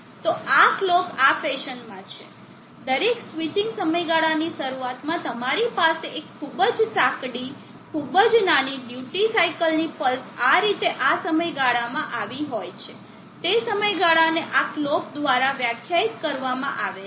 તો કલોક આ ફેશનમાં છે દરેક સ્વિચિંગ સમયગાળાની શરૂઆતમાં તમારી પાસે એક ખૂબ જ સાંકડી ખૂબ જ નાની ડ્યુટી સાઇકલની પલ્સ આ રીતે આ સમયગાળામાં આવી હોય છે તે સમયગાળાને આ કલોક દ્વારા વ્યાખ્યાયિત કરવામાં આવે છે